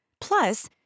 Plus